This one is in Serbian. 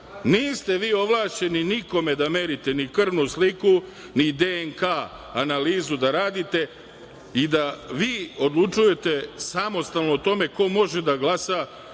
Niste vi ovlašćeni nikome da merite ni krvnu sliku, ni DNK analizu da radite i da vi odlučujete samostalno o tome ko može da glasa